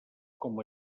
com